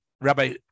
Rabbi